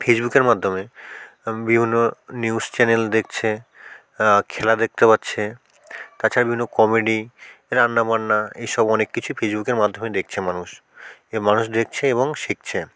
ফেসবুকের মাধ্যমে বিভিন্ন নিউজ চ্যানেল দেখছে খেলা দেখতে পাচ্ছে তাছাড়া বিভিন্ন কমেডি রান্নাবান্না এইসব অনেক কিছু ফেসবুকের মাধ্যমে দেখছে মানুষ এ মানুষ দেখছে এবং শিখছে